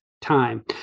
time